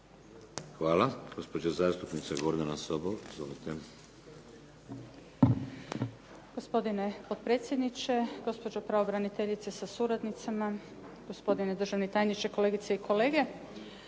(SDP)** Gospodine potpredsjedniče, gospođo pravobraniteljice sa suradnicama, gospodine državni tajniče, kolegice i kolege.